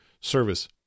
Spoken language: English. service